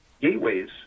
gateways